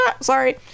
Sorry